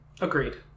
agreed